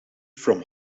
from